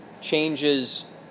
changes